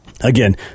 Again